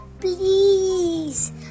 Please